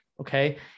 Okay